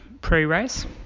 pre-race